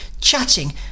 chatting